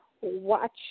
watch